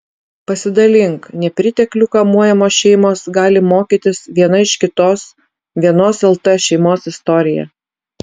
pasidalink nepriteklių kamuojamos šeimos gali mokytis viena iš kitos vienos lt šeimos istorija